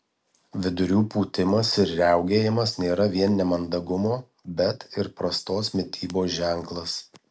vidurių pūtimas ir riaugėjimas nėra vien nemandagumo bet ir prastos mitybos ženklas